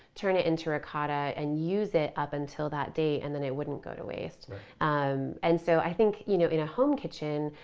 turn it into ricotta, and use it up until that day and then it wouldn't go to waste right um and so i think you know in a home kitchen,